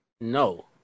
no